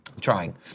trying